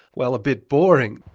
well, a bit boring.